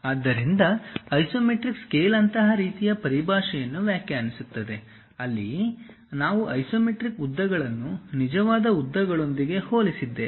ಆದ್ದರಿಂದ isometric scale ಅಂತಹ ರೀತಿಯ ಪರಿಭಾಷೆಯನ್ನು ವ್ಯಾಖ್ಯಾನಿಸುತ್ತದೆ ಅಲ್ಲಿ ನಾವು ಐಸೊಮೆಟ್ರಿಕ್ ಉದ್ದಗಳನ್ನು ನಿಜವಾದ ಉದ್ದಗಳೊಂದಿಗೆ ಹೋಲಿಸಿದ್ದೇವೆ